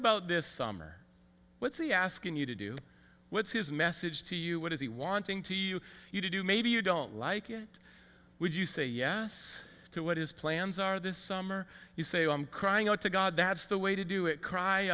about this summer what's the asking you to do what's his message to you what is he wanting to you you do maybe you don't like it would you say yes to what his plans are this summer you say i'm crying out to god that's the way to do it cry